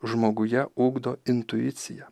žmoguje ugdo intuiciją